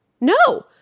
No